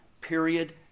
Period